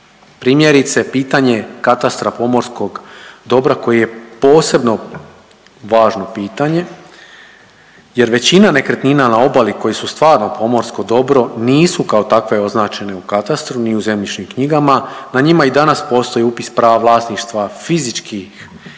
primjerice pitanje katastra pomorskog dobra koji je posebno važno pitanje jer većina nekretnina na obali koji su stvarno pomorsko dobro nisu kao takve označene u katastru ni u zemljišnim knjigama, na njima i danas postoji upis prava vlasništva fizičkih